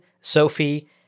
Sophie